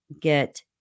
get